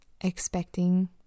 expecting